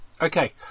Okay